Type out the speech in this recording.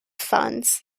funds